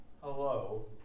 Hello